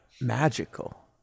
magical